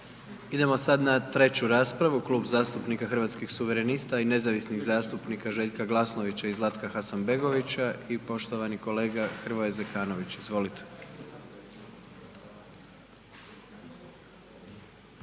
Idemo sad na 3. raspravu, Klub zastupnika Hrvatskih suverenista i nezavisnih zastupnika Željka Glasnovića i Zlatka Hasanbegovića i poštovani kolega Hrvoje Zekanović, izvolite.